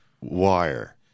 wire